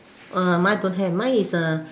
uh mine don't have mine is a